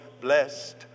blessed